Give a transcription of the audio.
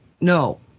no